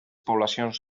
poblacions